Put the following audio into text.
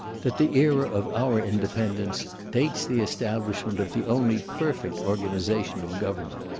that the era of our independence dates the establishment of the only perfect organization of government.